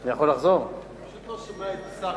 אני פשוט לא שומע את השר.